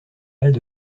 halles